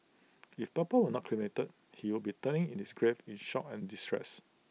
if papa were not cremated he would be turning in his grave in shock and distress